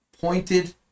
pointed